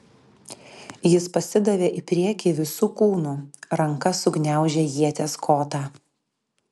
jis pasidavė į priekį visu kūnu ranka sugniaužė ieties kotą